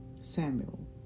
Samuel